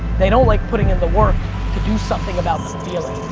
they don't like putting in the work to do something about the feeling.